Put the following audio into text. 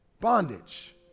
bondage